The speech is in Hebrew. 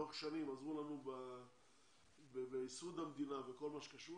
לאורך שנים עזרו לנו בייסוד המדינה ובכל מה שקשור